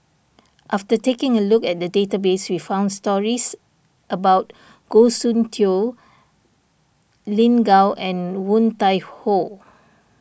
after taking a look at the database we found stories about Goh Soon Tioe Lin Gao and Woon Tai Ho